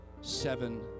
seven